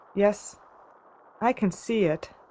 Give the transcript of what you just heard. yes i can see it.